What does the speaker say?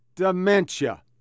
Dementia